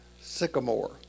sycamore